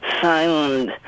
silent